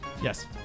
Yes